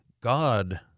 God